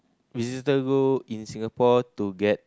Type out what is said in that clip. visitor go in Singapore to get